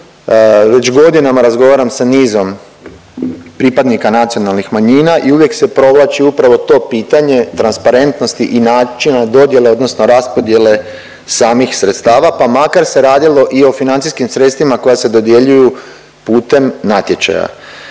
Već godinama razgovaram sa nizom pripadnika nacionalnih manjina i uvijek se provlači upravo to pitanje transparentnosti i načina dodjele odnosno raspodjele samih sredstava pa makar se radilo i o financijskim sredstvima koja se dodjeljuju putem natječaja.